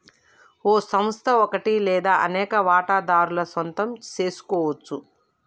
ఓ సంస్థ ఒకటి లేదా అనేక వాటాదారుల సొంతం సెసుకోవచ్చు